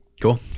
Cool